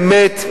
באמת,